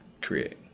create